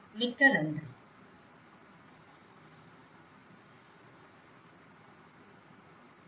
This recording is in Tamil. மிக்க நன்றி